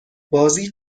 بازی